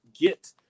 get